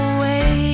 Away